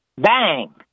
bang